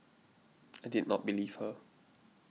I did not believe her